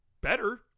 better